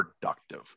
productive